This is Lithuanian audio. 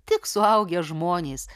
tik suaugę žmonės